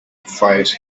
fires